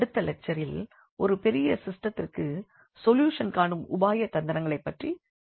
அடுத்த லெக்சரில் ஒரு பெரிய சிஸ்டத்திற்கு சொல்யூஷன் காணும் உபாய தந்திரங்களைப் பற்றி பேசுவோம்